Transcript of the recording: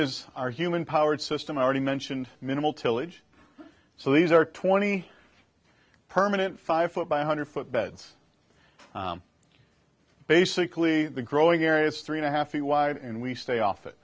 is our human powered system already mentioned minimal tillage so these are twenty permanent five foot by hundred foot beds basically the growing areas three and a half feet wide and we stay off it